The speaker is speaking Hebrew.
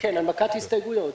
כן, הנמקת הסתייגויות.